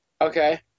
okay